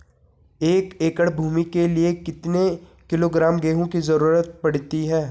एक एकड़ भूमि के लिए कितने किलोग्राम गेहूँ की जरूरत पड़ती है?